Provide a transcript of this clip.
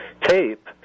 tape